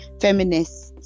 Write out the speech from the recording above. feminists